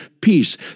peace